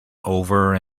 over